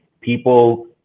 people